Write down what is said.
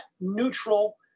neutral